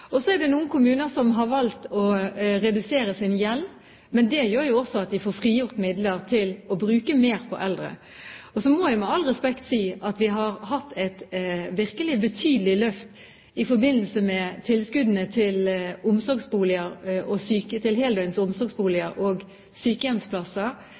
Og så er det noen kommuner som har valgt å redusere sin gjeld, men det gjør jo også at de får frigjort midler til å bruke mer på eldre. Så må jeg med all respekt si at vi har hatt et virkelig betydelig løft i forbindelse med tilskuddene til heldøgns omsorgsboliger og